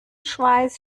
schweiß